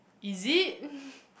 is it